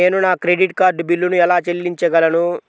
నేను నా credit card బిల్లును ఎలా చెల్లించగలను?